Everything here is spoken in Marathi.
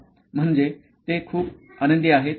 म्हणजे ते खूप आनंदी आहेत